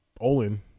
Olin